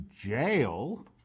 jail